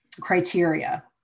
criteria